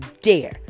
dare